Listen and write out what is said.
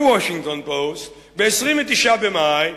ב"וושינגטון פוסט", ב-29 במאי,